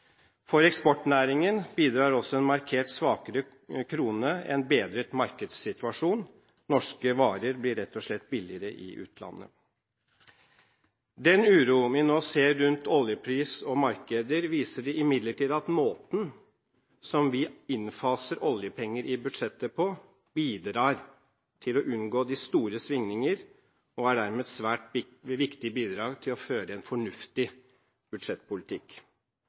For eksportnæringen bidrar også en markert svakere krone til en bedret markedssituasjon. Norske varer blir rett og slett billigere i utlandet. Den uro vi nå ser rundt oljepris og markeder, viser imidlertid at måten som vi innfaser oljepenger i budsjettet på, bidrar til å unngå de store svingninger og er dermed et svært viktig bidrag til å føre en fornuftig budsjettpolitikk.